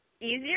easier